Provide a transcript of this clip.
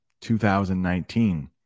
2019